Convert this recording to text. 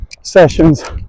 sessions